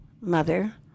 mother